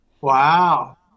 Wow